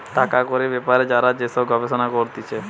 টাকা কড়ির বেপারে যারা যে সব গবেষণা করতিছে